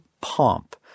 pomp